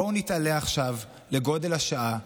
גברתי השרה,